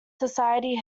society